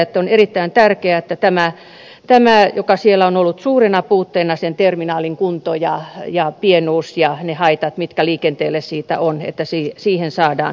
on erittäin tärkeää että tähän joka siellä on ollut suurena puutteena sen terminaalin kunto ja pienuus ja ne haitat mitkä niistä liikenteelle on saadaan rahoitusta